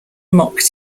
mocked